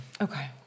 Okay